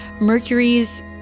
Mercury's